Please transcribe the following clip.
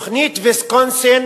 תוכנית ויסקונסין